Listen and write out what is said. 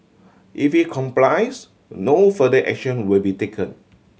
if he complies no further action will be taken